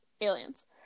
aliens